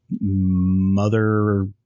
Mother